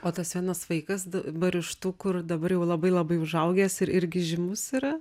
o tas vienas vaikas dabar iš tų kur dabar jau labai labai užaugęs ir irgi žymus yra